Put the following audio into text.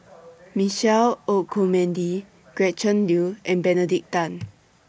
Michael Olcomendy Gretchen Liu and Benedict Tan